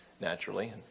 naturally